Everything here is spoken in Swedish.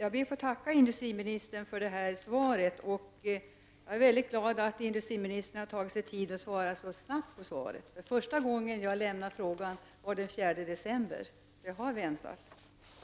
Fru talman! Jag tackar industriministern för svaret. Jag är mycket glad att industriministern tagit sig tid att svara så snabbt. Första gången jag lämnade frågan var den 4 december. Så jag har väntat,